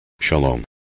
Shalom